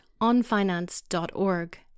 onfinance.org